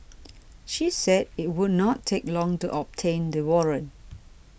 she said it would not take long to obtain the warrant